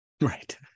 Right